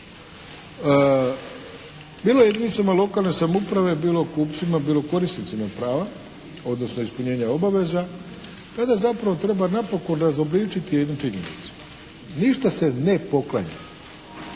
bilo jedinicama lokalne samouprave, bilo kupcima, bilo korisnicima prava, odnosno ispunjenja obaveza, tada zapravo treba napokon razobličiti jednu činjenicu. Ništa se ne poklanja